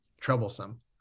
troublesome